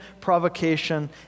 provocation